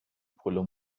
پلو